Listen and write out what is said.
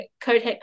coat